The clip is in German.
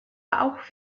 auch